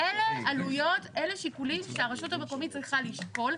- אלא שיקולים שהרשות המקומית צריכה לשקול.